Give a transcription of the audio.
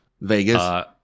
Vegas